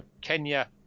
Kenya